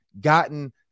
gotten